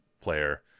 player